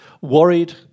worried